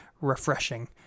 refreshing